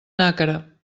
nàquera